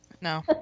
No